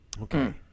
Okay